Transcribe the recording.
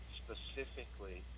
specifically